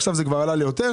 עכשיו זה כבר עלה ליותר.